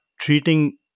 treating